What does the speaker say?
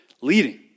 leading